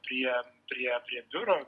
prie prie prie biuro